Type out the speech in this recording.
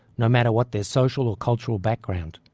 no matter what their social or cultural background.